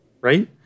right